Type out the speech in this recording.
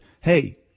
Hey